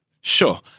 Sure